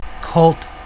cult